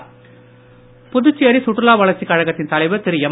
மறுப்பு புதுச்சேரி சுற்றுலா வளர்ச்சிக் கழகத்தின் தலைவர் திரு எம்